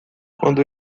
quando